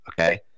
Okay